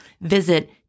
Visit